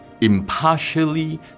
impartially